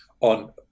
on